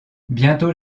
bientôt